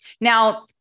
Now